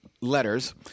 letters